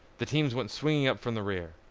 the teams went swinging up from the rear,